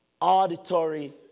auditory